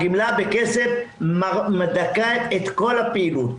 הגימלה בכסף מדכאת את כל הפעילות.